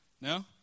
No